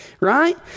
right